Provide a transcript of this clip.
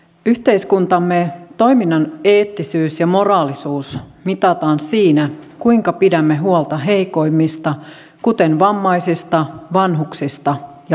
yhteiskuntamme toiminnan eettisyys ja moraalisuus mitataan siinä kuinka pidämme huolta heikoimmista kuten vammaisista vanhuksista ja lapsista